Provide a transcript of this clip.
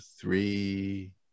three